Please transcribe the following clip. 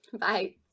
bye